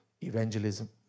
Evangelism